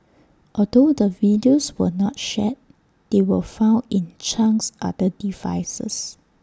although the videos were not shared they were found in Chang's other devices